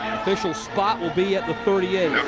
official spot will be at the thirty eight.